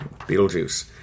Beetlejuice